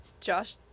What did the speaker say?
Josh